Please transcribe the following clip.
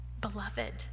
Beloved